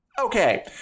Okay